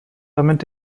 damit